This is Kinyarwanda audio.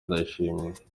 ndayishimiye